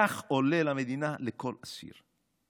כך עולה למדינה לכל אסיר.